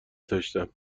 داشتم